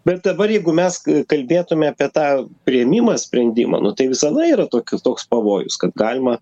bet dabar jeigu mes kalbėtume apie tą priėmimą sprendimo nu tai visada yra tok toks pavojus kad galima